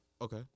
Okay